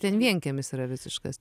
ten vienkiemis yra visiškas